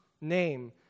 name